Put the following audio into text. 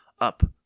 up